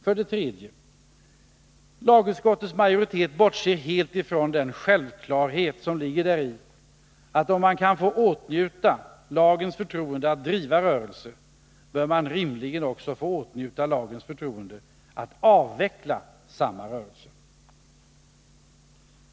För det tredje: Lagutskottets majoritet bortser helt från den självklarhet som ligger i att man, om man får åtnjuta lagens förtroende att driva rörelse, rimligen också bör få åtnjuta lagens förtroende att avveckla samma rörelse.